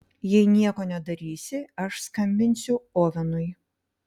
jei nieko nedarysi aš skambinsiu ovenui